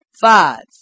Five